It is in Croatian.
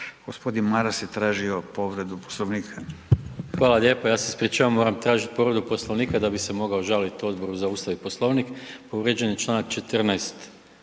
Gospodin Maras je tražio povredu Poslovnika. **Maras, Gordan (SDP)** Hvala lijepa. Ja se ispričavam, moram tražiti povredu Poslovnika da bi se mogao žaliti Odboru za Ustav i Poslovnik, povrijeđen je Članak 14.